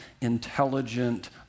intelligent